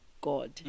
God